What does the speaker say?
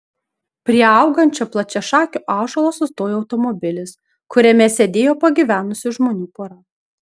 prie augančio plačiašakio ąžuolo sustojo automobilis kuriame sėdėjo pagyvenusių žmonių pora